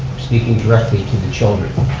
speaking directly to the children.